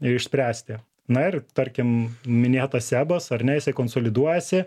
išspręsti na ir tarkim minėtas sebas ar ne jisai konsoliduojasi